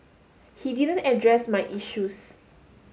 he didn't address my issues